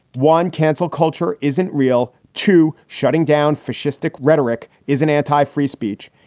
one cancel culture isn't real to shutting down fascistic rhetoric is an anti free speech.